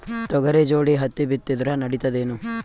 ತೊಗರಿ ಜೋಡಿ ಹತ್ತಿ ಬಿತ್ತಿದ್ರ ನಡಿತದೇನು?